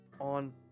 on